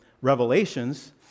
revelations